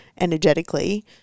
energetically